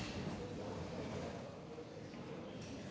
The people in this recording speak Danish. Tak